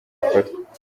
afatwa